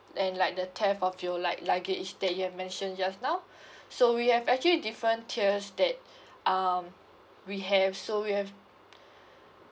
and like the theft of your like luggage that you have mentioned just now so we have actually different tiers that um we have so we have